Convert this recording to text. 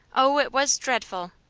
oh, it was dreadful!